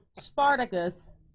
Spartacus